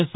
yes